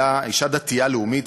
אישה דתייה לאומית,